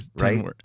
right